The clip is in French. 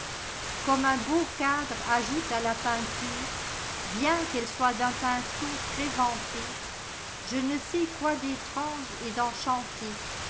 comme un beau cadre ajoute à la peinture bien qu'elle soit d'un pinceau très vanté je ne sais quoi d'étrance et